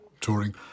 touring